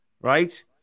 right